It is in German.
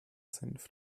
senf